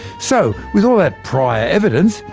so with all that prior evidence,